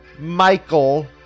Michael